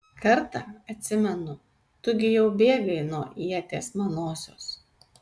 kartą atsimenu tu gi jau bėgai nuo ieties manosios